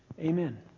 amen